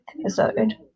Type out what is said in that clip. episode